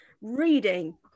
reading